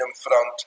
Front